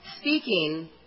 speaking